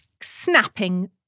snapping